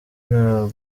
nta